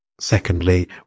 Secondly